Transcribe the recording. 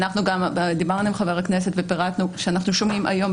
גם דיברנו עם חבר הכנסת ופירטנו שאנחנו שומעים היום,